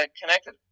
connected